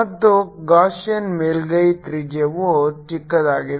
ಮತ್ತು ಗಾಸಿಯನ್ ಮೇಲ್ಮೈಯ ತ್ರಿಜ್ಯವು ಚಿಕ್ಕದಾಗಿದೆ